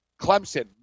Clemson